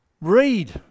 Read